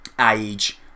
age